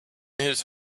his